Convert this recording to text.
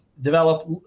develop